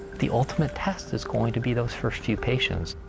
the ultimate test is going to be those first few patients.